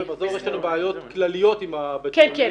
במזור יש לנו בעיות כלליות עם בית החולים -- כן,